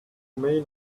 may